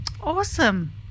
Awesome